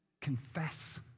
Confess